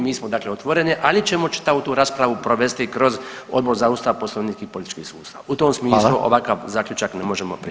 Mi smo dakle otvoreni, ali ćemo čitavu tu raspravu provesti kroz Odbor za Ustav, Poslovnik i politički sustav [[Upadica: Hvala.]] U tom smislu ovakav zaključak ne možemo prihvatiti.